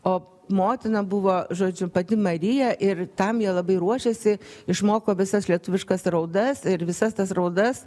o motina buvo žodžiu pati marija ir tam jie labai ruošėsi išmoko visas lietuviškas raudas ir visas tas raudas